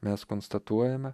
mes konstatuojame